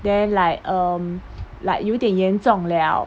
then like um like 有一点严重了